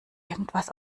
irgendwas